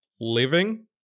living